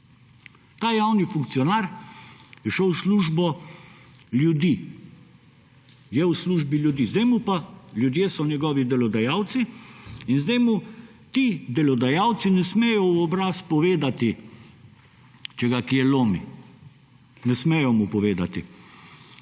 Ta javni funkcionar je šel v službo ljudi. Je v službi ljudi. Ljudje so njegovi delodajalci in zdaj mu ti delodajalci ne smejo v obraz povedati, če ga kje lomi. Ne smejo mu povedati.